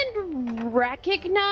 recognize